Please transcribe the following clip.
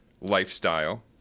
lifestyle